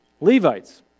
Levites